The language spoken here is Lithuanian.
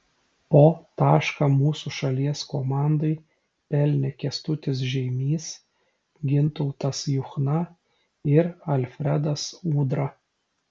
po tašką mūsų šalies komandai pelnė kęstutis žeimys gintautas juchna ir alfredas udra